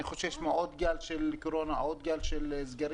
אני חושש מעוד גל של קורונה, עוד גל של סגר,